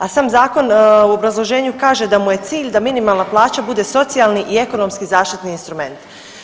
A sam zakon u obrazloženju kaže da mu je cilj da minimalna plaća bude socijalni i ekonomski zaštitni instrument.